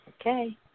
Okay